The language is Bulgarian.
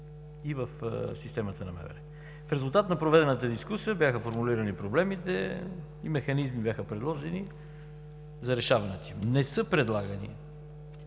и в системата на МВР. В резултат на проведената дискусия бяха формулирани проблемите и бяха предложени механизми за решаването им. Не са предлагани